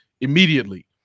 immediately